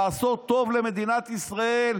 לעשות טוב למדינת ישראל,